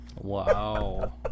wow